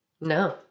no